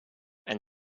and